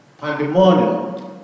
pandemonium